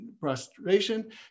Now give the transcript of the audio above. prostration